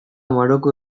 maroko